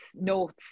notes